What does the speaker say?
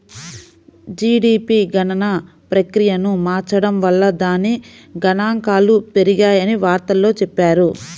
GDP గణన ప్రక్రియను మార్చడం వల్ల దాని గణాంకాలు పెరిగాయని వార్తల్లో చెప్పారు